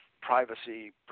privacy